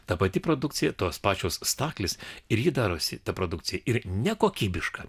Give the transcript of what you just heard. ta pati produkcija tos pačios staklės ir ji darosi ta produkcija ir nekokybiška